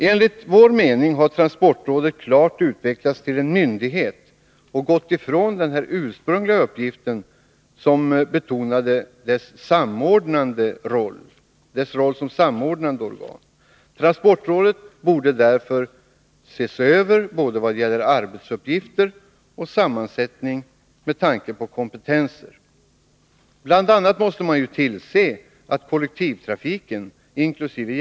Enligt vår mening har transportrådet klart utvecklats till en myndighet och gått ifrån den ursprungliga uppgiften som samordnande organ. Transportrådet borde därför ses över vad gäller både arbetsuppgifter och sammansättning med tanke på kompetenser. Bl. a. måste man tillse att kollektivtrafiken, inkl.